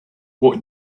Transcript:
what